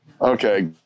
Okay